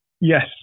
Yes